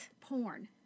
porn